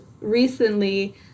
recently